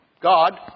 God